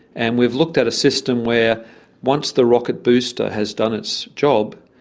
and we've looked at a system where once the rocket booster has done its job,